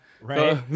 Right